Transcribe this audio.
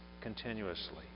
continuously